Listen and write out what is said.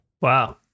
Wow